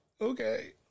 Okay